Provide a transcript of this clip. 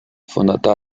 sonata